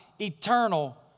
eternal